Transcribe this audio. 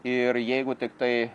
ir jeigu tiktai